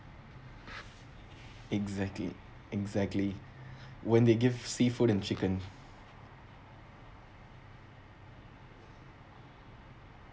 exactly exactly when they give seafood and chicken